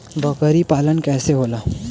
बकरी पालन कैसे होला?